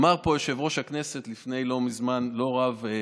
אמר פה יושב-ראש הכנסת לפני זמן לא רב את